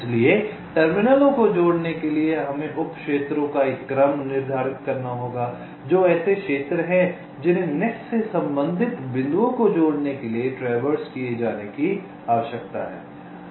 इसलिए टर्मिनलों को जोड़ने के लिए हमें उप क्षेत्रों का एक क्रम निर्धारित करना होगा जो ऐसे क्षेत्र हैं जिन्हें इस नेट से संबंधित बिंदुओं को जोड़ने के लिए ट्रैवर्स किए जाने की आवश्यकता है